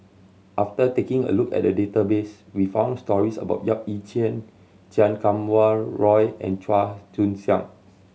after taking a look at the database we found stories about Yap Ee Chian Chan Kum Wah Roy and Chua Joon Siang